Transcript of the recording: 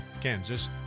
Kansas